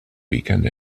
weekend